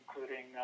including